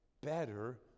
better